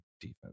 defense